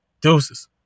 Deuces